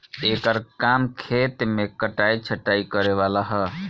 एकर काम खेत मे कटाइ छटाइ करे वाला ह